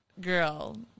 girl